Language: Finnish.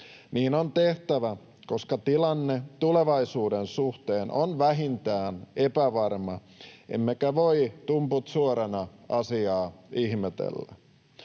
Niin on tehtävä, koska tilanne tulevaisuuden suhteen on vähintään epävarma emmekä voi tumput suorana asiaa ihmetellä.